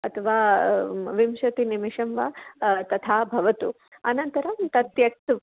अथवा विंशतिनिमिषं वा तथा भवतु अनन्तरं तत् त्यक्तुं